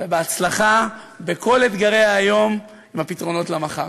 בהצלחה בכל אתגרי היום עם הפתרונות למחר.